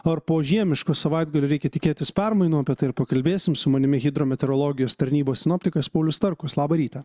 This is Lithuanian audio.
ar po žiemiško savaitgalio reikia tikėtis permainų apie tai ir pakalbėsim su manimi hidrometeorologijos tarnybos sinoptikas paulius starkus labą rytą